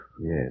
Yes